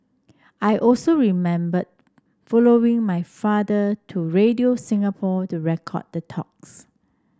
I also remember following my father to Radio Singapore to record the talks